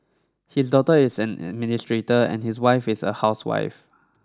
his daughter is an administrator and his wife is a housewife